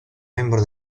membro